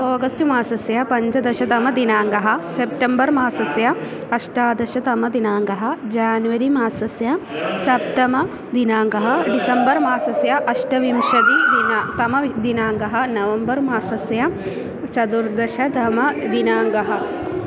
August मासस्य पञ्चदश दिनाङ्कः सेप्टेम्बर् मासस्य अष्टादशदिनाङ्कः जान्वरीमासस्य सप्तमदिनाङ्कः डिसेम्बर् मासस्य अष्टाविंशतितमदिनाङ्कः नवम्बर् मासस्य चतुर्दशदिनाङ्कः